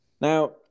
now